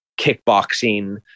kickboxing